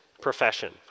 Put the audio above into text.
profession